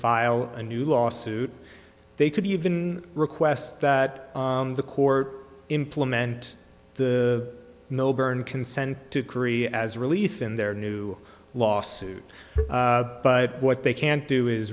file a new lawsuit they could even request that the corps implement the millburn consent decree as a relief in their new lawsuit but what they can't do is